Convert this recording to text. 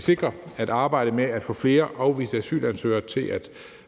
sikre, at arbejdet med at få flere afviste asylansøgere til at